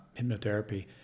hypnotherapy